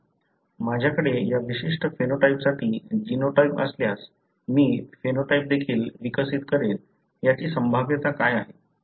माझ्याकडे या विशिष्ट फेनोटाइपसाठी जीनोटाइप असल्यास मी फेनोटाइप देखील विकसित करेन याची संभाव्यता काय आहे